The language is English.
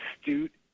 astute